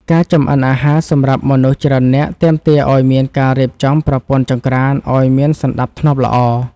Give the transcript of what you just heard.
ការចម្អិនអាហារសម្រាប់មនុស្សច្រើននាក់ទាមទារឱ្យមានការរៀបចំប្រព័ន្ធចង្ក្រានឱ្យមានសណ្តាប់ធ្នាប់ល្អ។